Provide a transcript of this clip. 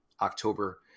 October